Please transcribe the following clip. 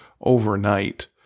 overnight